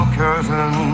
curtain